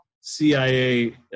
CIA